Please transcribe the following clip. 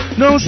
no